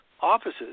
offices